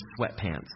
sweatpants